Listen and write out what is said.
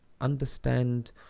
understand